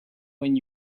when